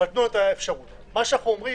אנחנו אומרים: